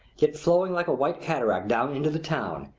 yet flowing like a white cataract down into the town,